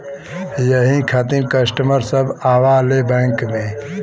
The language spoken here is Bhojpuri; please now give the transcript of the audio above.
यही खातिन कस्टमर सब आवा ले बैंक मे?